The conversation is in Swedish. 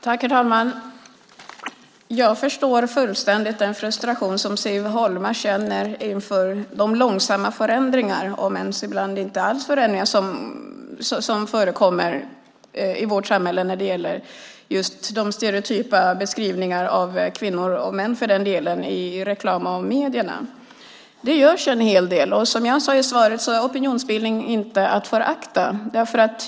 Herr talman! Jag förstår fullständigt den frustration som Siv Holma känner inför långsamheten i förändringarna, om det ens alltid sker förändringar, i vårt samhälle när det gäller de stereotypa beskrivningarna av kvinnor - och män för den delen - i reklam och medier. Det görs en hel del. Som jag sade i svaret är opinionsbildning inte att förakta.